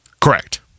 Correct